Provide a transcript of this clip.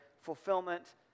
fulfillment